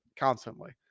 Constantly